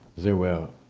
they were,